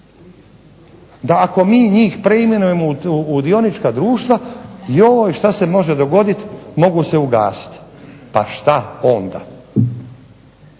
da ako mi njih preimenujemo u dionička društva joj što se može dogoditi, mogu se ugasiti. Pa što onda?